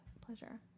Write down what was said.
pleasure